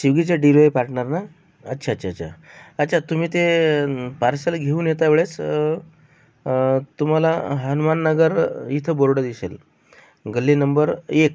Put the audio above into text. स्विगीचा delivery partner ना अच्छा अच्छा अच्छा तुम्ही ते पार्सल घेऊन येत्यावेळेस तुम्हाला हनुमाननगर इथं बोर्ड दिसेल गल्ली नंबर एक